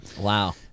wow